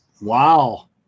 Wow